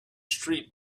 street